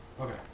Okay